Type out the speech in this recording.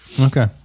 Okay